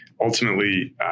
ultimately